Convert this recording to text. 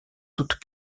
toutes